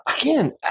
Again